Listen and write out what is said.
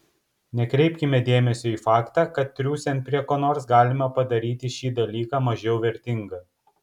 nekreipkime dėmesio į faktą kad triūsiant prie ko nors galima padaryti šį dalyką mažiau vertingą